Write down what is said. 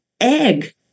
egg